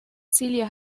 celia